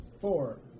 Four